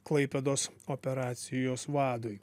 klaipėdos operacijos vadui